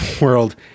world